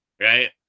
Right